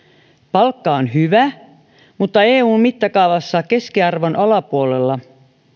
palkka on hyvä mutta eun mittakaavassa keskiarvon alapuolella